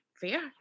fair